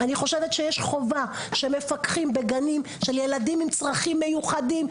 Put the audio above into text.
אני חושבת שיש חובה שמפקחים בגנים של ילדים עם צרכים מיוחדים,